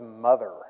mother